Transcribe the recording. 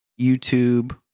YouTube